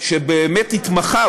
שבאמת התמחה,